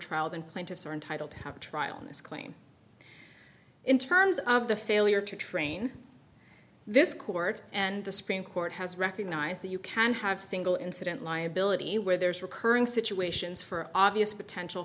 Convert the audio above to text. than plaintiffs are entitled to have a trial in this claim in terms of the failure to train this court and the supreme court has recognized that you can have single incident liability where there's recurring situations for obvious potential